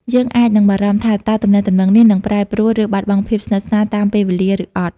យើងអាចនឹងបារម្ភថា តើទំនាក់ទំនងនេះនឹងប្រែប្រួល ឬបាត់បង់ភាពស្និទ្ធស្នាលតាមពេលវេលាឬអត់។